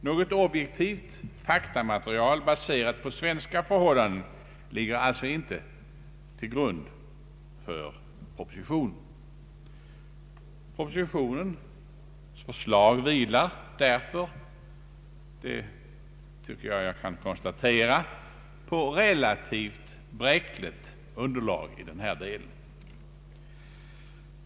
Något objektivt faktamaterial baserat på svenska förhållanden ligger alltså inte till grund för propositionen. Propositionens förslag vilar därför — det tycker jag att jag kan konstatera — på relativt bräckligt underlag i denna del.